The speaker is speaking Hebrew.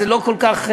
זה לא כל כך,